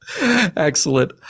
Excellent